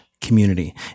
community